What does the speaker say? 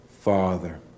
Father